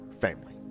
family